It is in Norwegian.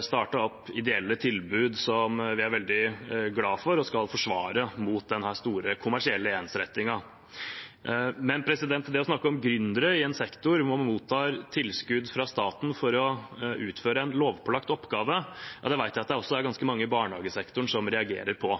startet opp ideelle tilbud som vi er veldig glade for, og som vi skal forsvare mot denne store kommersielle ensrettingen. Men det å snakke om gründere i en sektor hvor man mottar tilskudd fra staten for å utføre en lovpålagt oppgave, vet jeg at det også er ganske mange i barnehagesektoren som reagerer på.